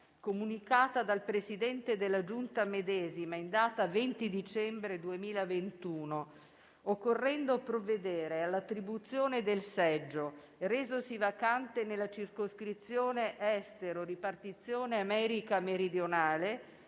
comunicata dal Presidente della Giunta medesima in data 20 dicembre 2021, occorrendo provvedere all'attribuzione del seggio resosi vacante nella circoscrizione estero, ripartizione America meridionale,